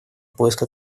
поиска